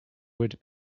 would